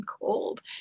cold